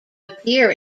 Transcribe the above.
appear